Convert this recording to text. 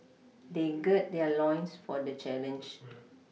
they gird their loins for the challenge